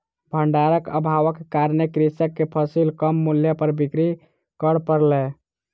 भण्डारक अभावक कारणेँ कृषक के फसिल कम मूल्य पर बिक्री कर पड़लै